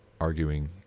arguing